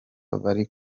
bari